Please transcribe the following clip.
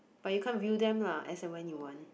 but you can't view them lah as and when you want